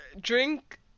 drink